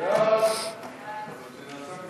סעיפים 1 13